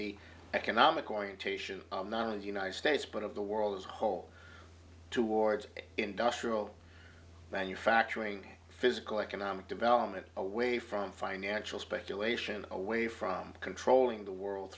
the economic orientation not a united states but of the world as whole towards industrial manufacturing physical economic development away from financial speculation away from controlling the world